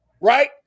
right